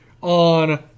on